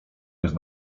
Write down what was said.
jest